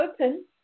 open